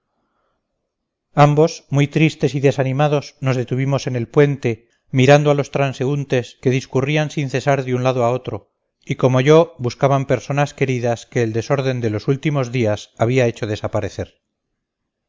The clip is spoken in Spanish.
ambos muy tristes y desanimados nos detuvimos en el puente mirando a los transeúntes que discurrían sin cesar de un lado a otro y como yo buscaban personas queridas que el desorden de los últimos días había hecho desaparecer